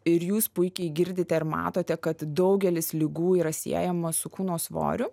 ir jūs puikiai girdite ir matote kad daugelis ligų yra siejamos su kūno svoriu